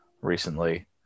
recently